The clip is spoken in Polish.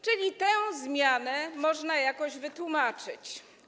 Czyli tę zmianę można jakoś wytłumaczyć.